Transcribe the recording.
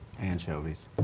Anchovies